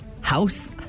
house